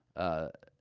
ah,